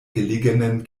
gelegenen